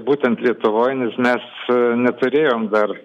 būtent lietuvoj nes mes neturėjom dar